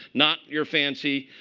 not your fancy